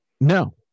no